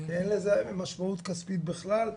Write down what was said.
אין לזה משמעות כספית בכלל,